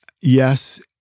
yes